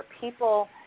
People